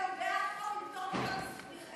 הצבעת היום בעד החוק עם פטור מחובת מכרזים,